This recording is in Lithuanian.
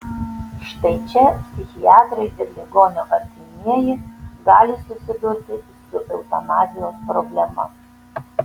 štai čia psichiatrai ir ligonio artimieji gali susidurti su eutanazijos problema